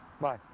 bye